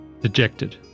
Dejected